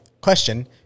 Question